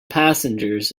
passengers